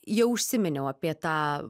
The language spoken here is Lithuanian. jau užsiminiau apie tą